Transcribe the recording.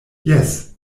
jes